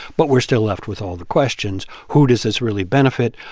but we're still left with all the questions. who does this really benefit?